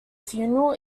funeral